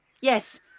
Yes